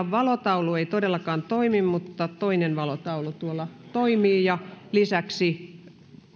valotaulu ei todellakaan toimi mutta toinen valotaulu toimii ja lisäksi